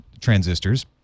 transistors